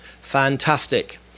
Fantastic